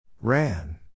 Ran